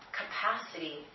capacity